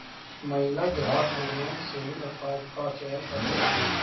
महिला ग्राहक woman saving account का चयन कर सकती है